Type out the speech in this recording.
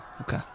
Okay